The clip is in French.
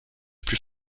plus